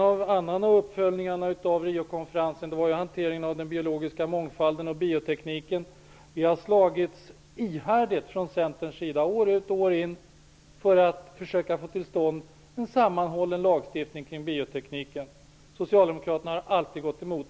En annan följd av Riokonferensen var hanteringen av den biologiska mångfalden och biotekniken. Vi från Centern har slagits ihärdigt år ut och år in för att försöka få till stånd en sammanhållen lagstiftning kring biotekniken. Socialdemokraterna har hela tiden gått emot.